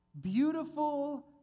Beautiful